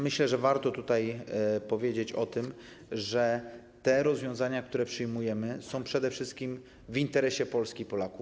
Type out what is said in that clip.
Myślę, że warto powiedzieć o tym, że te rozwiązania, które przyjmujemy, są przede wszystkim w interesie Polski i Polaków.